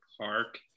Park*